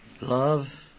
Love